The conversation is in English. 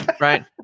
right